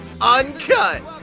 uncut